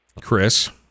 chris